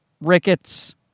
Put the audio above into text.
rickets